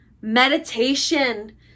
meditation